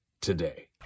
today